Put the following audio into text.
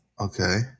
okay